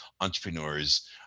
entrepreneurs